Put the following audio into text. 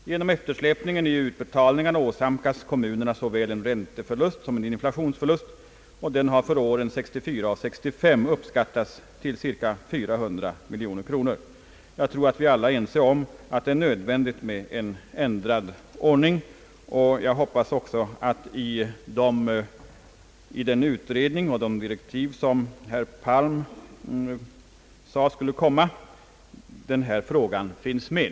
Genom eftersläpningen i utbetalningarna åsamkas kommunerna såväl en ränteförlust som en inflationsförlust. Denna förlust har för åren 1964 och 1965 uppskattats till cirka 400 miljoner kronor. Jag tror att vi alla är ense om att det är nödvändigt med en ändrad ordning i detta avseende, och jag hoppas att i den utredning och i de direktiv som herr Palm sade skulle komma den här frågan finns med.